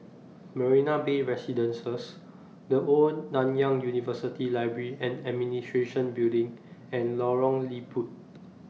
Marina Bay Residences The Old Nanyang University Library and Administration Building and Lorong Liput